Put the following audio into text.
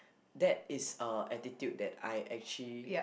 that is a attitude that I actually